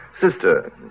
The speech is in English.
sister